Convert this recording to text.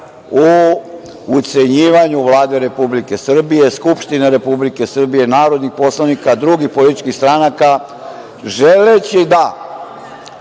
u ucenjivanju Vlade Republike Srbije, Skupštine Republike Srbije, narodnih poslanika, drugih političkih stranaka, želeći da